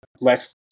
less